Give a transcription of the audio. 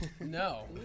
No